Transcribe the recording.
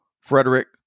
Frederick